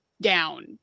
down